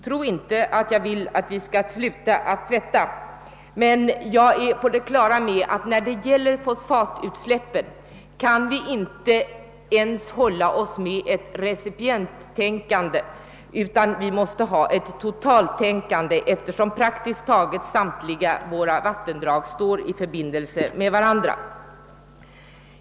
Tro inte att jag vill att vi skall sluta att tvätta, men jag är på det klara med att vi när det gäller fosfatutsläppen inte ens kan hålla oss med ett recipienttänkande, utan måste ha ett totaltänkande, eftersom praktiskt taget samtliga våra vattendrag står i förbindelse med varandra.